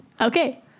Okay